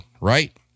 right